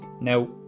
Now